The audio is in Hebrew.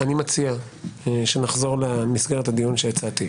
אני מציע שנחזור למסגרת הדיון שהצעתי.